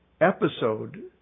episode